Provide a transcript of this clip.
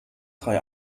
drei